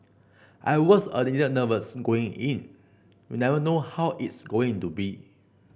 I was a little nervous going in you never know how it's going to be